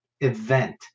event